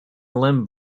limb